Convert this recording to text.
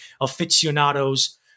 aficionados